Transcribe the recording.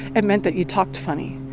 it meant that you talked funny.